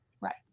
Right